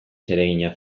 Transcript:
zeregina